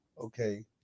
Okay